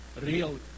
real